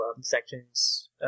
sections